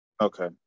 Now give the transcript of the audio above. Okay